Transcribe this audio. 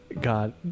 God